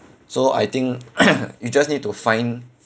so I think you just need to find